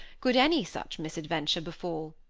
could any such misadventure befall?